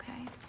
okay